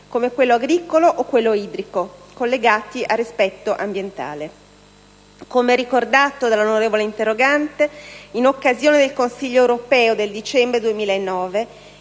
come quello agricolo o quello idrico, collegati al rispetto ambientale. Come ricordato dall'onorevole interrogante, in occasione del Consiglio europeo del dicembre 2009